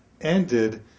ended